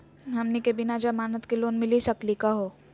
हमनी के बिना जमानत के लोन मिली सकली क हो?